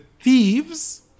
thieves